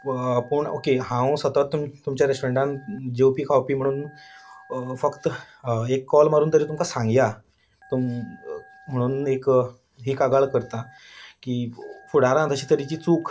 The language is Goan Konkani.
पूण ओके हांव सतत तुम तुमच्या रेस्टोरंटान जेवपी खावपी म्हणून फक्त एक कॉल मारून तरी तुमकां सांगया तुमकां म्हणून एक ही कागाळ करतां की फुडारांत अशे तरेची चूक वा